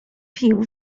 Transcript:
pił